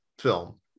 film